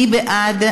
מי בעד?